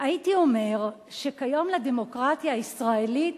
"הייתי אומר שכיום לדמוקרטיה הישראלית